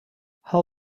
how